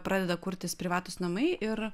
pradeda kurtis privatūs namai ir